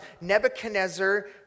Nebuchadnezzar